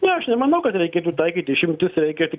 ne aš nemanau kad reikėtų taikyt išimtis reikia tik